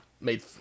made